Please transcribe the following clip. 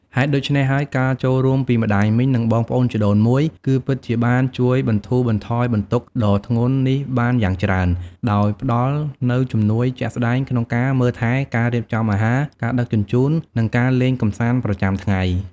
ហេតុដូច្នេះហើយ ការចូលរួមពីម្ដាយមីង និងបងប្អូនជីដូនមួយ គឺពិតជាបានជួយបន្ធូរបន្ថយបន្ទុកដ៏ធ្ងន់នេះបានយ៉ាងច្រើន ដោយផ្ដល់នូវជំនួយជាក់ស្ដែងក្នុងការមើលថែ ការរៀបចំអាហារ ការដឹកជញ្ជូន និងការលេងកម្សាន្តប្រចាំថ្ងៃ។